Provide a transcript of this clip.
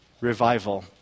revival